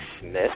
Smith